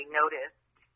noticed